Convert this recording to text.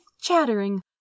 chattering